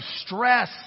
stress